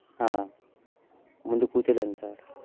ముందు కూర్చోలేను సార్